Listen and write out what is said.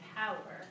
power